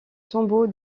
tombeau